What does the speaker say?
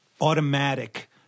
automatic